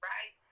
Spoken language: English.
Right